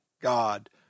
God